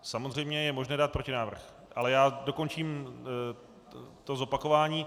Samozřejmě je možné dát protinávrh, ale já dokončím zopakování.